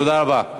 תודה רבה.